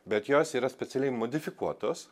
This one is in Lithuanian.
bet jos yra specialiai modifikuotos